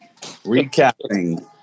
Recapping